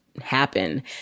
happen